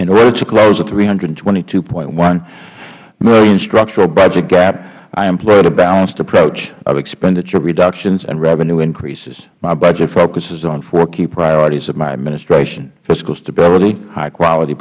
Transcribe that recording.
in order to close a three hundred and twenty two dollars ten cents million structural budget gap i employed a balanced approach of expenditure reductions and revenue increases my budget focuses on four key priorities of my administration physical stability highquality